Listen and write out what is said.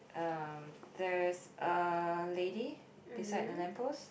um there's a lady beside the lamp post